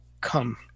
come